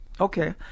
Okay